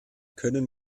können